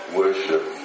worship